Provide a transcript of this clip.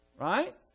right